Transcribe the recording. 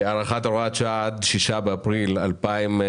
הארכת הוראת שעה עד 6 באפריל 2022,